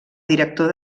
director